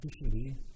officially